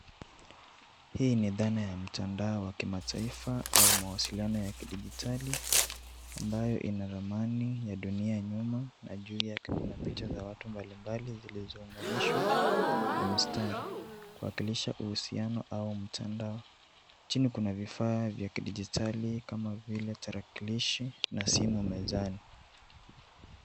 Hii ni dhana ya mtandao wa kimataifa au mawasiliano ya kidijitali ambayo ina ramani ya dunia nyuma na juu yake kuna picha za watu mbalimbali zilizounganishwa na mistari kuwakilisha uhusiano au mtandao. Chini kuna vifaa vya kidigitali kama vile tarakilishi na simu mezani.